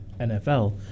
NFL